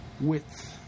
width